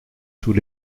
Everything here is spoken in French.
tous